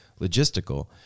logistical